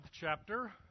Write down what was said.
chapter